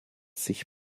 sich